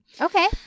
Okay